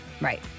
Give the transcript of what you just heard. Right